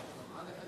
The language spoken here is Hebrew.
לשמאל?